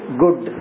good